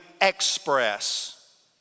express